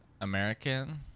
American